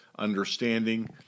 understanding